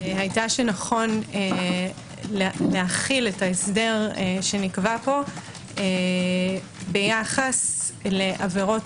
הייתה שנכון להחיל את ההסדר שנקבע פה ביחס לעבירות